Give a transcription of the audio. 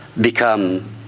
become